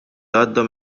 għadda